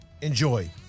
Enjoy